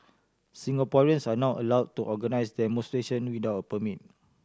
Singaporeans are now allowed to organise demonstration without a permit